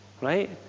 Right